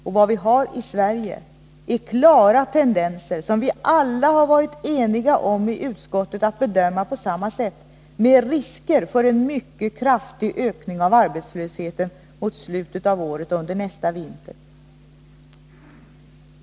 Och vad vi har i Sverige är klara tendenser, som vi alla har varit eniga om i utskottet att bedöma på samma sätt, med risker för en mycket kraftig ökning av arbetslösheten mot slutet av året och under nästa vinter.